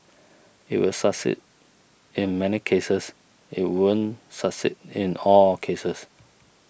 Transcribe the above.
it will succeed in many cases it won't succeed in all cases